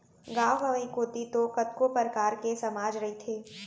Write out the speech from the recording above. गाँव गंवई कोती तो कतको परकार के समाज रहिथे